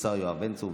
השר יואב בן צור,